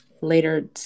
later